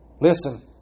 Listen